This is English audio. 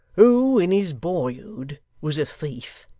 who in his boyhood was a thief,